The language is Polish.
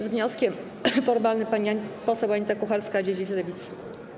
Z wnioskiem formalnym pani poseł Anita Kucharska-Dziedzic, Lewica.